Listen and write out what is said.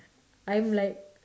I am like